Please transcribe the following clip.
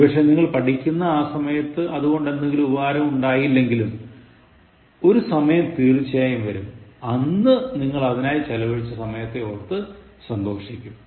ഒരു പക്ഷേ നിങ്ങൾ പഠിക്കുന്ന ആ സമയത്ത് അതുകൊണ്ട് എന്തെങ്കിലും ഉപകാരം ഉണ്ടായില്ലെങ്കിലും ഒരു സമയം തീർച്ചയായും അവരും അന്ന് നിങ്ങൾ അതിനായി ചിലവഴിച്ച സമയത്തെ ഓർത്ത് സന്തോഷിക്കും